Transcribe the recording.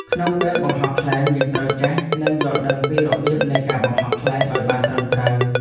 ក្នុងពេលបង្ហោះខ្លែងយើងត្រូវចេះ និងយល់ដឹងពីរបៀបនៃការបង្ហោះខ្លែងឲ្យបានត្រឹមត្រូវ។